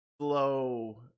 slow